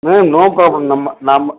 ma'am no problem நம்ம நம்ம